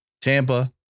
Tampa